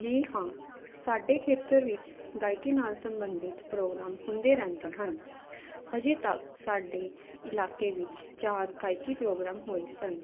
ਜੀ ਹਾਂ ਸਾਡੇ ਖੇਤਰ ਵਿੱਚ ਗਾਇਕੀ ਨਾਲ ਸੰਬੰਧਿਤ ਪ੍ਰੋਗਰਾਮ ਹੁੰਦੇ ਰਹਿੰਦੇ ਹਨ ਅਜੇ ਤੱਕ ਸਾਡੇ ਇਲਾਕੇ ਵਿੱਚ ਚਾਰ ਗਾਇਕੀ ਪ੍ਰੋਗਰਾਮ ਹੋਏ ਸਨ